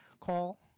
call